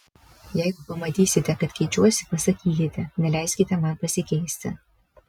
jeigu pamatysite kad keičiuosi pasakykite neleiskite man pasikeisti